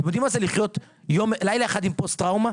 אתם יודעים מה זה לחיות לילה אחד עם פוסט טראומה?